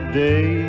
day